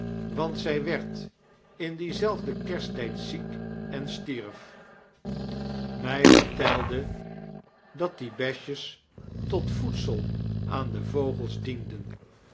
want zij werd in dienzelfdem kersittijd ziek en stierf inij vertelde dat die besjes tot voedsel aan de vogels dienden